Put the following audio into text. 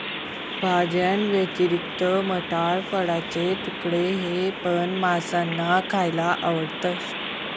भाज्यांव्यतिरिक्त मटार, फळाचे तुकडे हे पण माशांना खायला आवडतं